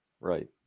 Right